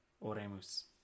Oremus